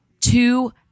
two